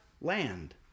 land